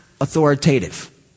authoritative